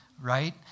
right